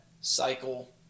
cycle